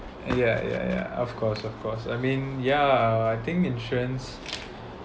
ya ya ya of course of course I mean yeah I think insurance